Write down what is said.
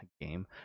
game